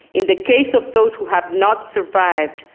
in the case of those who have not survived,